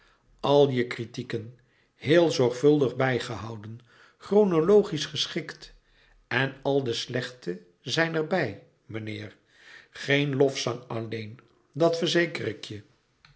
al je kritieken heel zorgvuldig bijgehouden chronologisch geschikt en al de slechte zijn er bij meneer geen lofzang alleen dat verzeker ik je